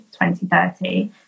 2030